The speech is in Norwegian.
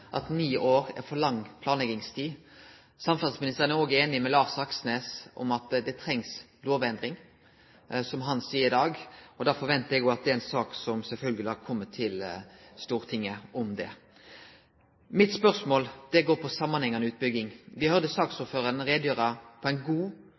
at ni år er for lang planleggingstid. Samferdselsministeren er òg einig med Lars Aksnes i at det trengst lovendring, som han seier i dag. Da ventar eg òg at det sjølvsagt har kome ei sak til Stortinget om det. Mitt spørsmål går på samanhengande utbygging.